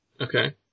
Okay